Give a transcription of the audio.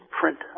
print